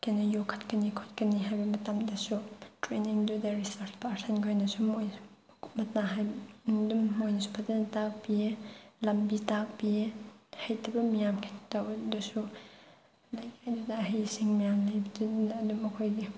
ꯀꯩꯅꯣ ꯌꯣꯛꯈꯠꯀꯅꯤ ꯈꯣꯠꯀꯅꯤ ꯍꯥꯏꯅ ꯃꯇꯝꯗꯁꯨ ꯇ꯭ꯔꯦꯅꯤꯡꯗꯨꯗ ꯔꯤꯁꯥꯔꯁ ꯄꯥꯔꯁꯟꯈꯣꯏꯅꯁꯨ ꯃꯣꯏꯁꯨ ꯃꯀꯨꯞ ꯃꯇꯥ ꯍꯥꯏꯕ ꯑꯗꯨꯝ ꯃꯣꯏꯅꯁꯨ ꯐꯖꯅ ꯇꯥꯛꯄꯤꯌꯦ ꯂꯝꯕꯤ ꯇꯥꯛꯄꯤꯌꯦ ꯍꯩꯇꯕ ꯃꯌꯥꯝ ꯍꯩꯇꯕꯗꯨꯁꯨ ꯑꯗꯒꯤ ꯑꯗꯨꯗ ꯑꯍꯩ ꯑꯁꯤꯡ ꯃꯌꯥꯝ ꯂꯩꯕꯗꯨꯅ ꯑꯗꯨꯝ ꯃꯈꯣꯏꯒꯤ